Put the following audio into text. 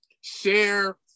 Share